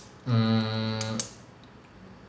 mm